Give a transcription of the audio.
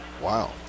Wow